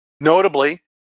notably